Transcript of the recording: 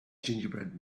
gingerbread